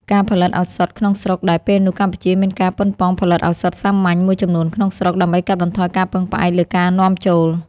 ការផលិតឱសថក្នុងស្រុកដែលពេលនោះកម្ពុជាមានការប៉ុនប៉ងផលិតឱសថសាមញ្ញមួយចំនួនក្នុងស្រុក ដើម្បីកាត់បន្ថយការពឹងផ្អែកលើការនាំចូល។